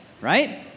right